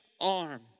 arm